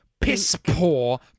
piss-poor